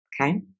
okay